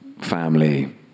family